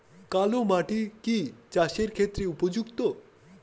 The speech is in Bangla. কালো মাটি কি চাষের ক্ষেত্রে উপযুক্ত?